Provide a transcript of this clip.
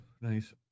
Nice